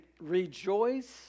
rejoice